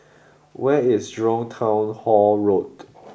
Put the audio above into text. where is Jurong Town Hall Road